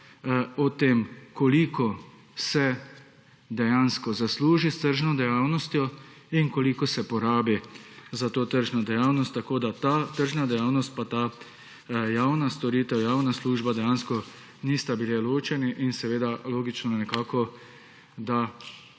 o tem koliko se dejansko zasluži s tržno dejavnostjo in koliko se porabi za to tržno dejavnost tako, da ta tržna dejavnost pa ta javna storitev, javna služba dejansko nista bile ločeni in seveda logično nekako, da